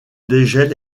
dégel